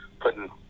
putting